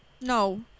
No